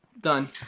Done